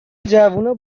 جوونا